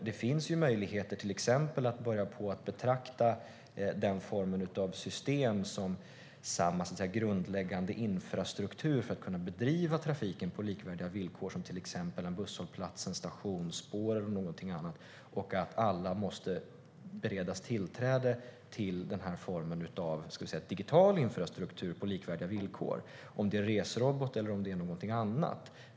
Det finns ju möjligheter att till exempel börja betrakta den formen av system som grundläggande infrastruktur för att kunna bedriva trafik på likvärdiga villkor, till exempel att en busshållplats eller ett stationsspår måste beredas tillträde till den formen av digital infrastruktur på likvärdiga villkor - om det är Resrobot eller någonting annat.